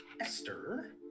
Esther